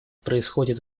происходят